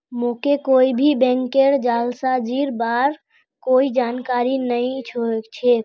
मोके कोई भी बैंकेर जालसाजीर बार कोई जानकारी नइ छेक